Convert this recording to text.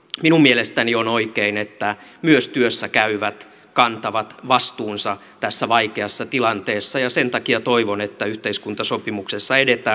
minun mielestäni on oikein että myös työssä käyvät kantavat vastuunsa tässä vaikeassa tilanteessa ja sen takia toivon että yhteiskuntasopimuksessa edetään